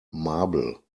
marble